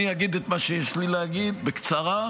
אני אגיד את מה שיש לי להגיד בקצרה,